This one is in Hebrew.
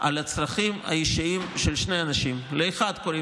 על הצרכים האישיים של שני אנשים: לאחד קוראים